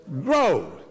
grow